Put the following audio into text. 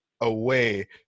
away